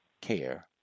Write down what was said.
care